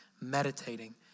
meditating